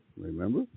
remember